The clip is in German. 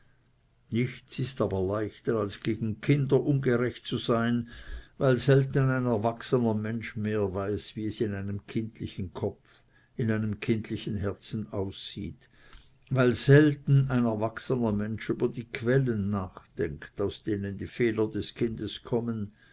nichts ist aber leichter als gegen kinder ungerecht zu sein weil selten ein erwachsener mensch mehr weiß wie es in einem kindlichen kopf in einem kindlichen herzen aussieht weil selten ein erwachsener mensch über die quellen nachdenkt aus denen die fehler des kindes kommen